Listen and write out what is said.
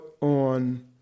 on